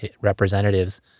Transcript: representatives